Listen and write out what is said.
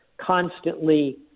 constantly